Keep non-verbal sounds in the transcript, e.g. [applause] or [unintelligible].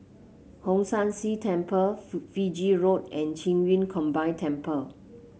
Hong San See Temple [unintelligible] Fiji Road and Qing Yun Combined Temple